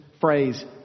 phrase